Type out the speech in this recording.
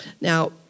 Now